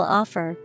offer